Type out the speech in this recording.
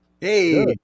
Hey